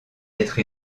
d’être